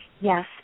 Yes